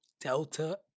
Delta